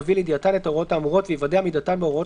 יביא לידיעתן את ההוראות האמורות ויוודא עמידתן בהוראות